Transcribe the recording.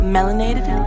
Melanated